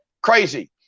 crazy